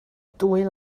dwy